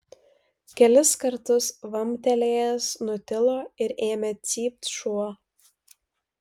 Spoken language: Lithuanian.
kelis kartus vamptelėjęs nutilo ir ėmė cypt šuo